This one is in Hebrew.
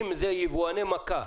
יבואני מכה.